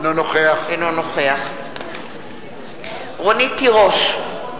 אינו נוכח רונית תירוש,